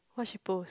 what she post